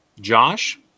Josh